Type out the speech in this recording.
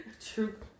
true